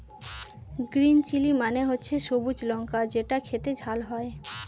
green chilli মানে হচ্ছে সবুজ লঙ্কা যেটা খেতে ঝাল হয়